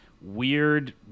weird